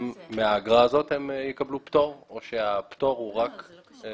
גם מהאגרה הזאת הם יקבלו פטור או שהפטור הוא רק למי שמשלם?